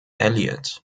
elliot